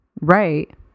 Right